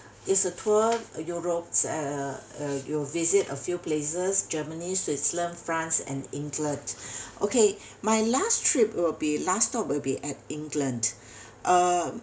is a tour europe uh uh you visit a few places germany switzerland france and england okay my last trip will be last stop will be at england uh